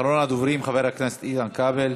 אחרון הדוברים, חבר הכנסת איתן כבל.